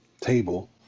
table